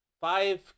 Five